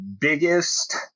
biggest